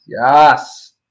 yes